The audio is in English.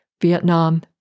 Vietnam